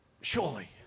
Surely